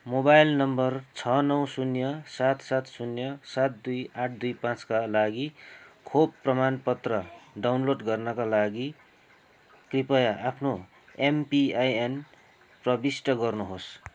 mobile number छ नौ शून्य सात सात शून्य सात दुई आठ दुई पाँच का लागि खोप प्रमाणपत्र डाउनलोड गर्नाका लागि कृपया आफ्नो एमपिआइएन प्रविष्ट गर्नुहोस्